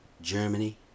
Germany